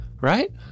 Right